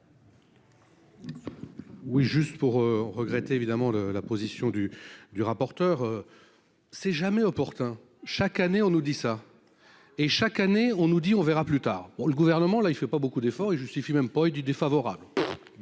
Oui, juste pour regretter évidemment le la position du du rapporteur c'est jamais opportun, chaque année on nous dit ça et chaque année on nous dit : on verra plus tard, le gouvernement là il fait pas beaucoup d'efforts et justifie même pas, il dit défavorable,